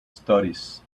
studies